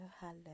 hello